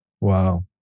Wow